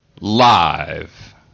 Live